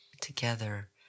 together